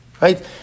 Right